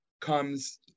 comes